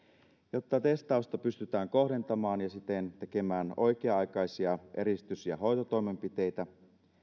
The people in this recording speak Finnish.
jotta testausta pystytään kohdentamaan ja siten tekemään oikea aikaisia eristys ja hoitotoimenpiteitä